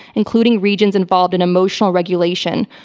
including regions involved in emotional regulation.